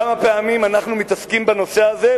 כמה פעמים אנחנו מתעסקים בנושא הזה,